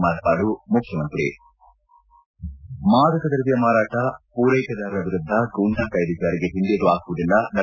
ಮಾರ್ಪಾಡು ಮುಖ್ಯಮಂತ್ರಿ ಮಾದಕ ದ್ರವ್ಹ ಮಾರಾಟ ಪೂರೈಕೆದಾರರ ವಿರುದ್ದ ಗೂಂಡಾ ಕಾಯ್ದೆ ಜಾರಿಗೆ ಹಿಂದೇಟು ಹಾಕುವುದಿಲ್ಲ ಡಾ